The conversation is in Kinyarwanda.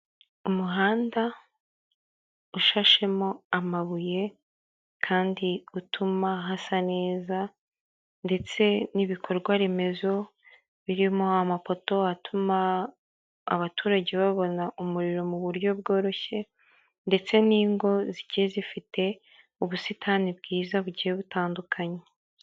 Umuhanda ushashemo amabuye, kandi utuma hasa neza, ndetse n'ibikorwa remezo birimo amapoto atuma abaturage babona umuriro mu buryo bworoshye, ndetse n'ingo zigiye zifite ubusitani bwiza bugiye butandukanye.